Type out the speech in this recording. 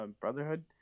brotherhood